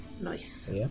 Nice